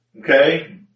okay